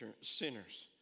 sinners